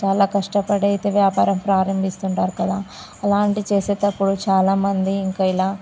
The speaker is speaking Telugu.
చాలా కష్టపడి అయితే వ్యాపారం ప్రారంభిస్తు ఉంటారు కదా అలాంటి చేసేటప్పుడు చాలామంది ఇంక ఇలా